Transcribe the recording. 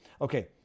okay